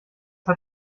hat